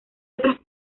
otros